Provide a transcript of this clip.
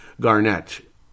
Garnett